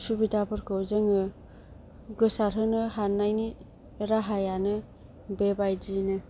सुबिदाफोरखौ जोङो गोसारहोनो हानायनि राहायानो बेबायदिनो